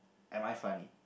am I funny